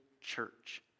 church